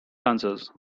dancers